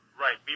right